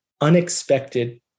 unexpected